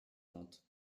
trente